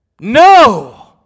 no